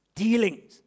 dealings